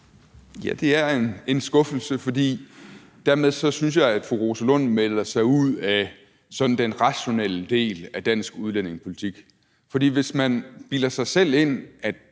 Ja, det er en skuffelse, for dermed synes jeg at fru Rosa Lund melder sig ud sådan den rationelle del af dansk udlændingepolitik. For hvis man bilder sig selv ind, at